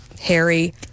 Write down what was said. Harry